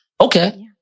Okay